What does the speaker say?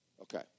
Okay